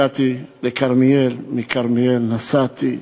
הגעתי לכרמיאל, מכרמיאל נסעתי.